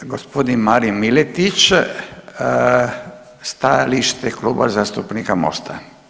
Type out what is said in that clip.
Gospodin Marin Miletić, stajalište Kluba zastupnika MOST-a.